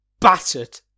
Battered